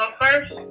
first